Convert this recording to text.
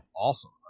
awesome